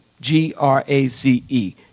G-R-A-C-E